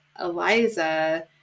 Eliza